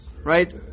right